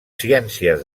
ciències